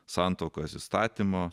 santuokos įstatymo